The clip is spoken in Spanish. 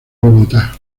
bogotá